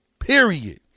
Period